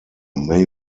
may